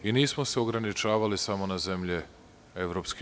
Nismo se ograničavali samo na zemlje EU.